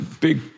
big